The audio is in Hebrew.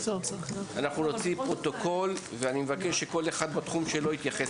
אנחנו נוציא פרוטוקול ואני מבקש שכל אחד בתחום שלו יתייחס